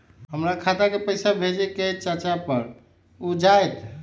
हमरा खाता के पईसा भेजेए के हई चाचा पर ऊ जाएत?